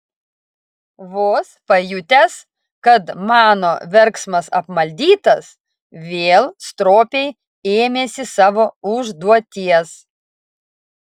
vos pajutęs kad mano verksmas apmaldytas vėl stropiai ėmėsi savo užduoties